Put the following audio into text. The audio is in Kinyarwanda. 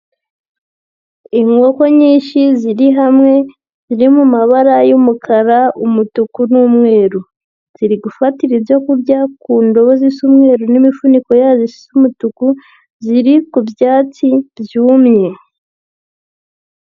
Inkoko nyinshi ziri hamwe ziri mu mabara y'umukara, umutuku n'umweru, ziri gufatira ibyo kurya ku ndobo zisa umweru n'imifuniko yazo isa umutuku ziri ku byatsi byumye.